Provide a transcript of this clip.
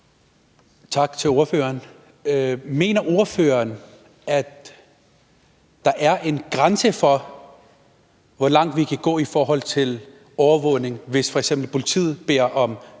Tak til ordføreren. Mener ordføreren, at der er en grænse for, hvor langt vi kan gå i forhold til overvågning, hvis f.eks. politiet ud